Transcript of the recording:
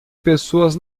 pessoas